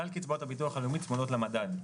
כלל קצבאות הביטוח הלאומי צמודות למדד,